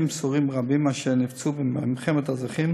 סורים רבים אשר נפצעו במלחמת האזרחים